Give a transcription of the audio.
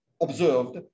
observed